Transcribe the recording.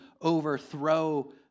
overthrow